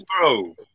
Bro